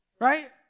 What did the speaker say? Right